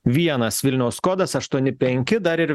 vienas vilniaus kodas aštuoni penki dar ir